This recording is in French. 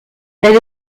elle